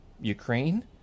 Ukraine